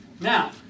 Now